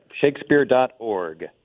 Shakespeare.org